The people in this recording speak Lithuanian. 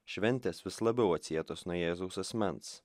šventės vis labiau atsietos nuo jėzaus asmens